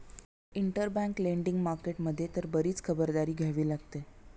interbank lending market मध्ये तर बरीच खबरदारी घ्यावी लागते